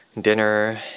dinner